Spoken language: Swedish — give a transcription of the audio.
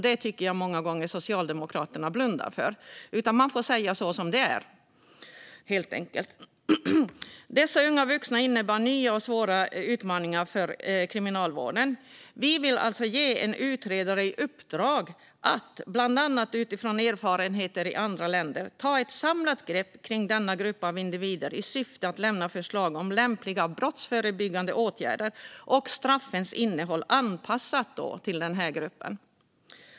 Det tycker jag att Socialdemokraterna många gånger blundar för. Man får säga som det här, helt enkelt. Dessa unga vuxna innebär nya och svåra utmaningar för kriminalvården. Vi vill ge en utredare i uppdrag att, bland annat utifrån erfarenheter i andra länder, ta ett samlat grepp kring denna grupp av individer i syfte att lämna förslag om lämpliga brottsförebyggande åtgärder och straffens innehåll. Det ska då vara anpassat till den här gruppen.